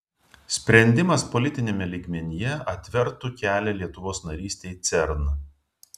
sprendimas politiniame lygmenyje atvertų kelią lietuvos narystei cern